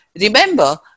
remember